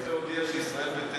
אפשר אז להודיע שישראל ביתנו תומכת?